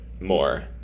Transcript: more